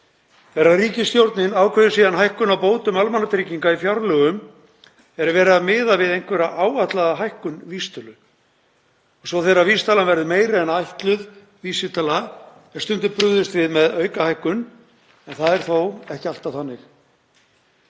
Þegar ríkisstjórnin ákveður síðan hækkun á bótum almannatrygginga í fjárlögum er verið að miða við einhverja áætlaða hækkun vísitölu. Svo þegar vísitalan verði meiri en ætluð vísitala er stundum brugðist við með aukahækkun, en það er þó ekki alltaf þannig.